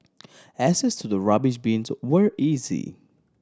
access to the rubbish bins were easy